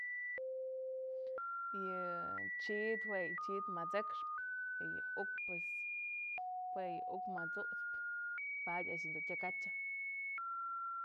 Yë chid juë chid më t'sëkx y yë uk pues jue yë uk më t'sutspë.